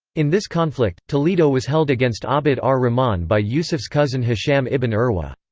in this conflict, toledo was held against abd ah ar-rahman by yusuf's cousin hisham ibn urwa.